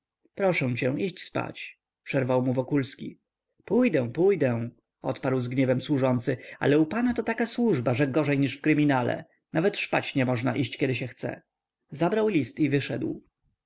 proszę cię idź spać przerwał mu wokulski pójść pójdę odparł z gniewem służący ale u pana to taka służba że gorzej niż w kryminale nawet szpać nie można iść kiedy się chce zabrał list i wyszedł